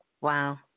Wow